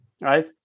right